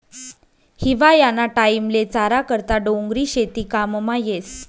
हिवायाना टाईमले चारा करता डोंगरी शेती काममा येस